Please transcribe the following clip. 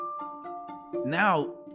now